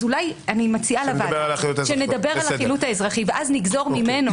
אני מציעה לוועדה שנדבר על החילוט האזרחי ואז נגזור ממנו